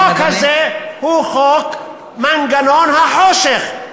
החוק הזה הוא חוק מנגנון החושך,